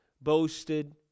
boasted